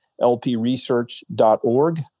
lpresearch.org